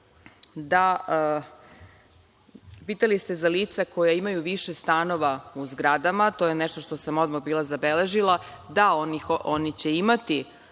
ste pitali za lica koja imaju više stanova u zgradama, to je nešto što sam odmah bila zabeležila, da, oni će imati